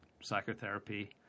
psychotherapy